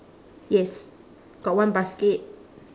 yes got one basket